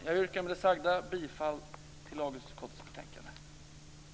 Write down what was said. Jag yrkar med det sagda bifall till lagsutskottets hemställan i betänkandet.